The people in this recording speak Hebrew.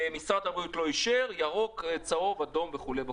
שמשרד הבריאות לא אישר, ירוק, צהוב, אדום וכולי.